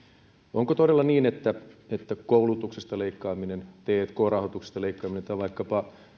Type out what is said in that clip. onko todella niin että että koulutuksesta leikkaaminen tk rahoituksesta leikkaaminen tai vaikkapa